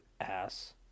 ass